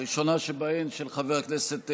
הראשונה שבהן, של חבר הכנסת סעדי,